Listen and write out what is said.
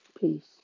Peace